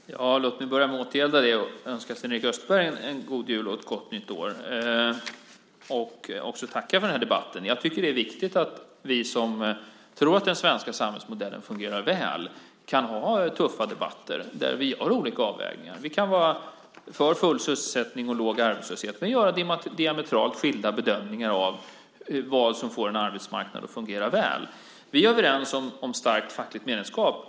Fru talman! Låt mig börja med att återgälda det och önska Sven-Erik Österberg en god jul och ett gott nytt år och också tacka för debatten. Jag tycker att det är viktigt att vi som tror att den svenska samhällsmodellen fungerar väl kan ha tuffa debatter där vi gör olika avvägningar. Vi kan vara för full sysselsättning och låg arbetslöshet men göra diametralt skilda bedömningar av vad som får en arbetsmarknad att fungera väl. Vi är överens om starkt fackligt medlemskap.